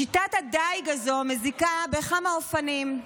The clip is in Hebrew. שיטת הדיג הזו מזיקה בכמה אופנים: